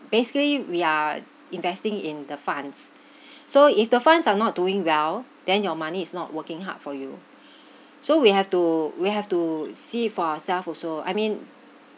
basically we are investing in the funds so if the funds are not doing well then your money is not working hard for you so we have to we have to see for ourselves also I mean